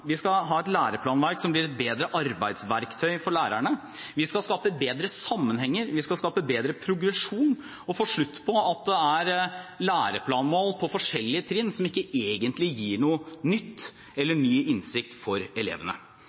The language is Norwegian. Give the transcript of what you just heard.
skal ha et læreplanverk som blir et bedre arbeidsverktøy for lærerne. Vi skal skape bedre sammenhenger. Vi skal skape bedre progresjon og få slutt på at det er læreplanmål på forskjellige trinn som ikke egentlig gir noe nytt eller ny innsikt for elevene.